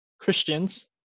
Christians